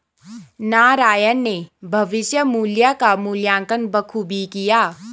नारायण ने भविष्य मुल्य का मूल्यांकन बखूबी किया